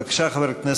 בבקשה, חבר הכנסת מרגי.